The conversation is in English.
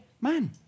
man